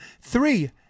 Three